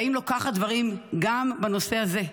האם לא כך הדברים גם בנושא הזה?